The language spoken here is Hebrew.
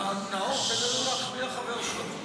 נאור, תן לנו להחמיא לחבר שלך.